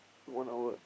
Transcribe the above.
one hour